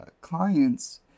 clients